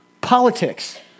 Politics